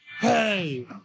hey